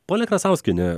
ponia krasauskiene